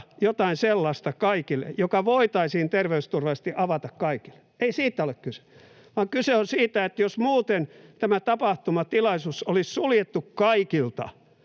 jotain sellaista, joka voitaisiin terveysturvallisesti avata kaikille. Ei siitä ole kyse, vaan kyse on siitä, että jos muuten tapahtuma, tilaisuus, olisi suljettu kaikilta,